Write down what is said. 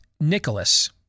Nicholas